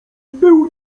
był